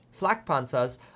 Flakpanzers